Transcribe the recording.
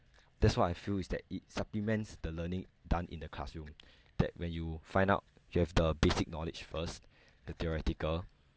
that's what I feel is that it supplements the learning done in the classroom that when you find out you have the basic knowledge first the theoretical